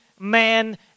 man